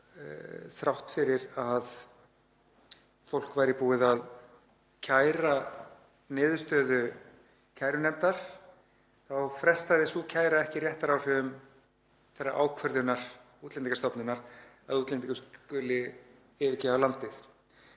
þrátt fyrir að fólk væri búið að kæra niðurstöðu kærunefndar frestaði sú kæra ekki réttaráhrifum þeirrar ákvörðunar Útlendingastofnunar að útlendingur skuli yfirgefa landið.